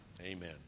Amen